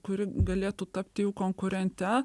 kuri galėtų tapti jų konkurente